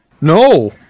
no